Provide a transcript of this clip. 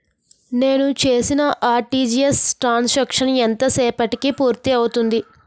నేను చేసిన RTGS transaction ఎంత సేపటికి పూర్తి అవుతుంది?